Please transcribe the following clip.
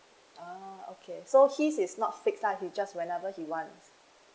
oh okay so his is not fixed lah he just whenever he wants